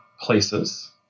places